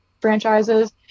franchises